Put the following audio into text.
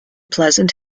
pleasant